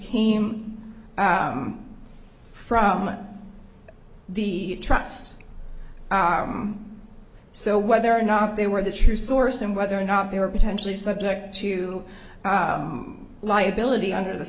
came from the trust so whether or not they were the true source and whether or not they were potentially subject to liability under the